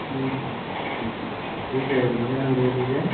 جی ٹھیک ہے ٹھیک ہے یہ گولیاں لے لیجیے